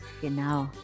Genau